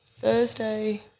Thursday